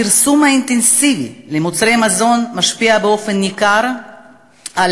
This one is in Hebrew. הפרסום האינטנסיבי של מוצרי מזון משפיע באופן ניכר על